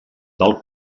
del